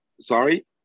Sorry